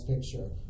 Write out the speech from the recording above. Picture